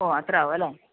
ഓ അത്ര ആവും അല്ലേ